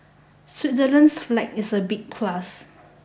Switzerland's flag is a big plus